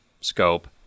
scope